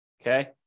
Okay